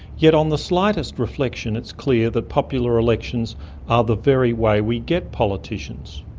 yet on the slightest reflection it's clear that popular elections are the very way we get politicians.